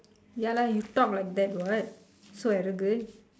ya lah you talk like that what so arrogant